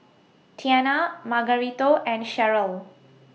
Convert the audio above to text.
Tianna Margarito and Sheryll